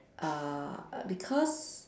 uh because